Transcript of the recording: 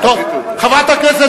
חברת הכנסת